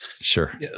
sure